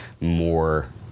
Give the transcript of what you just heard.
more